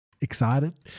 excited